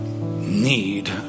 need